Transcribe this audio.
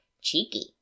cheeky